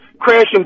crashing